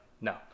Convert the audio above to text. no